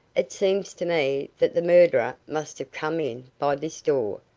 it seems to me that the murderer must have come in by this door,